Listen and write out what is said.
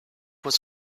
was